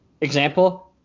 Example